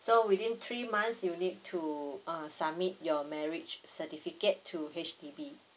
so within three months you need to uh submit your marriage certificate to H_D_B